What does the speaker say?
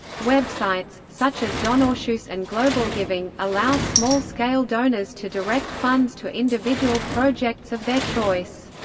websites, such as donorschoose and globalgiving, allow small-scale donors to direct funds to individual projects of their choice.